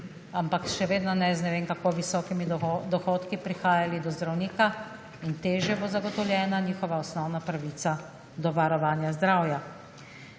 ampak še vedno ne z ne vem kako visokimi dohodki prihajali do zdravnika in težje bo zagotovljena njihova osnovna pravica do varovanja zdravja.